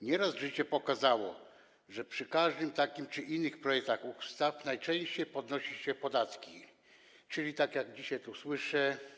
Nieraz życie pokazało, że przy każdym takim czy innym projekcie ustawy najczęściej podnosi się podatki, czyli tak jak dzisiaj tu słyszę.